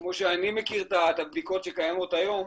שכמו שאני מכיר את הבדיקות שקיימות היום,